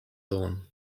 dawn